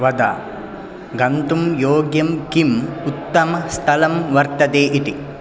वद गन्तुं योग्यं किम् उत्तमस्थलं वर्तते इति